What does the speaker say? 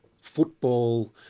football